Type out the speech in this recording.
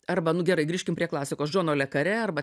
arba nu gerai grįžkim prie klasikos džono le kare arba